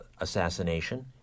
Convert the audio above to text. assassination